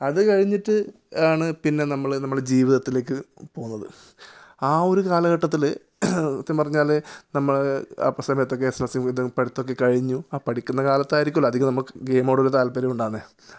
അത് കഴിഞ്ഞിട്ട് ആണ് പിന്നെ നമ്മൾ നമ്മൾ ജീവിതത്തിലേക്ക് പോവുന്നത് ആ ഒരു കാലഘട്ടത്തിൽ സത്യം പറഞ്ഞാൽ നമ്മൾ ആ സമയത്തൊക്കെ പഠിത്തമൊക്കെ കഴിഞ്ഞു ആ പഠിക്കുന്ന കാലത്തായിരിക്കുമല്ലോ അധിക ഗെയിമിനോടൊരു താല്പര്യം ഉണ്ടാകുന്നത്